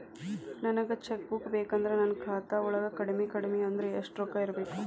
ನನಗ cheque book ಬೇಕಂದ್ರ ನನ್ನ ಖಾತಾ ವಳಗ ಕಡಮಿ ಕಡಮಿ ಅಂದ್ರ ಯೆಷ್ಟ್ ರೊಕ್ಕ ಇರ್ಬೆಕು?